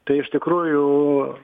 tai iš tikrųjų